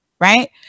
Right